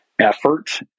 effort